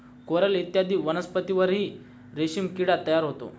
coral इत्यादी वनस्पतींवरही रेशीम किडा तयार होतो